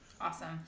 Awesome